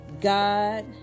God